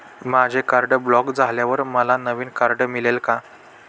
माझे card block झाल्यावर मला नवीन कार्ड मिळेल का?